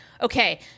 Okay